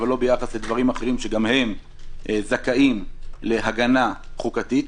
אבל לא ביחס לדברים אחרים שגם הם זכאים להגנה חוקתית,